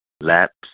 laps